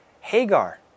Hagar